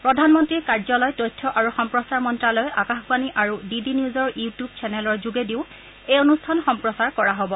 প্ৰধানমন্ত্ৰীৰ কাৰ্যালয় তথ্য আৰু সম্প্ৰচাৰ মন্ত্যালয় আকাশবাণী আৰু ডি ডি নিউজৰ ইউটিউব চেনেলৰ যোগেদিও এই অনুষ্ঠান সম্প্ৰচাৰ কৰা হব